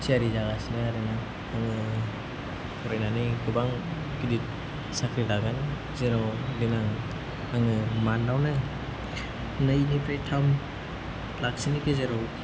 थियारि जागासिनो आरोना आङो फरायनानै गोबां गिदिर साख्रि लागोन जेराव देनां आङो मान्थआवनो नैनिफ्राय थाम लाखसोनि गेजेराव